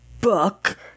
book